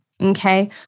Okay